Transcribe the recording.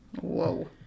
Whoa